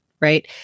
right